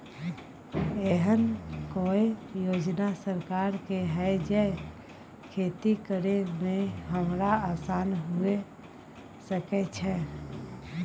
एहन कौय योजना सरकार के है जै खेती करे में हमरा आसान हुए सके छै?